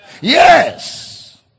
Yes